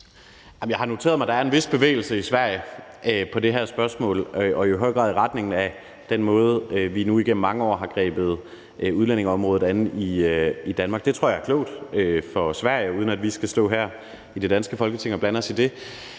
Jeg har noteret mig, at der er en vis bevægelse i Sverige på det her spørgsmål, og det er jo i høj grad i retning af den måde, vi nu igennem mange år har grebet udlændingeområdet an på i Danmark. Det tror jeg er klogt for Sverige, uden at vi skal stå her i det danske Folketing og blande os i det,